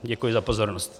Děkuji za pozornost.